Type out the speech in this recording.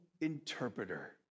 interpreter